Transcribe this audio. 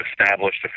established